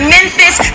Memphis